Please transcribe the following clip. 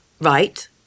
Right